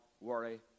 worry